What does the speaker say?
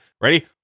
Ready